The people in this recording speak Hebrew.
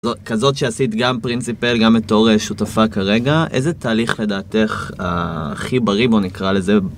כזאת שעשית גם פרינסיפל, גם בתור שותפה כרגע, איזה תהליך לדעתך הכי בריא בו נקרא לזה?